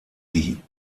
die